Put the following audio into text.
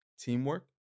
teamwork